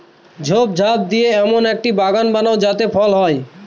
ঝোপঝাড় দিয়ে এমন একটা বাগান বানাবো যাতে ফল হয়